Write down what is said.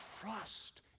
trust